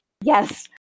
Yes